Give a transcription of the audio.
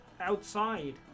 outside